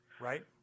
Right